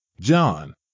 John